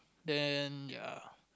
then ya